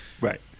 right